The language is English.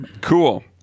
cool